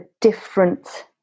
different